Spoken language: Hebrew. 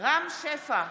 רם שפע,